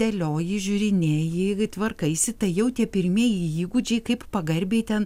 dėlioji žiūrinėji tvarkaisi tai jau tie pirmieji įgūdžiai kaip pagarbiai ten